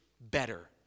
better